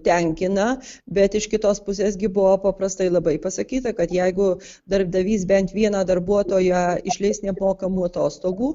tenkina bet iš kitos pusės gi buvo paprastai labai pasakyta kad jeigu darbdavys bent vieną darbuotoją išleis nemokamų atostogų